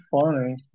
funny